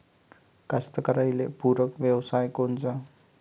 कास्तकाराइले पूरक व्यवसाय कोनचा?